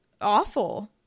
awful